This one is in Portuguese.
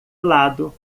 lado